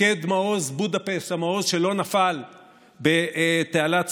מפקד מעוז בודפשט, המעוז שלא נפל בתעלת סואץ,